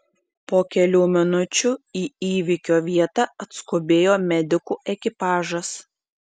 po kelių minučių į įvykio vietą atskubėjo medikų ekipažas